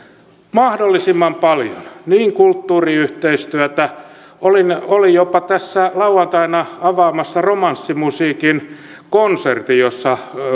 mahdollisimman paljon kulttuuriyhteistyötä olin olin jopa tässä lauantaina avaamassa romanssimusiikin konsertin jossa